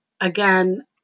again